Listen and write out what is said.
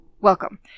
welcome